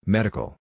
Medical